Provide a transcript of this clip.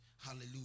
Hallelujah